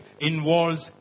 involves